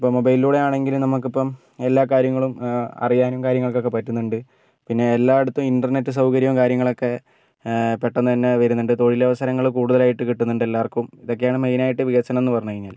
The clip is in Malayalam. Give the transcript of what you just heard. ഇപ്പോൾ മൊബൈലിലൂടെ ആണെങ്കിലും നമ്മക്കിപ്പം എല്ലാ കാര്യങ്ങളും അറിയാനും കാര്യങ്ങൾക്കൊക്കെ പറ്റുന്നുണ്ട് പിന്നെ എല്ലായിടത്തും ഇൻ്റെർനെറ്റ് സൗകര്യോം കാര്യങ്ങളൊക്കെ പെട്ടന്ന് തന്നെ വരുന്നൊണ്ട് തൊഴിലവസരങ്ങൾ കൂടുതലായിട്ട് കിട്ടുന്നൊണ്ട് എല്ലാർക്കും ഇതക്കെയാണ് മെയ്നായിട്ട് വികസനംന്ന് പറഞ്ഞ് കഴിഞ്ഞാല്